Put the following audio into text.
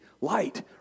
light